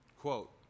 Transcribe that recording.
Quote